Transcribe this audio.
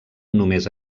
només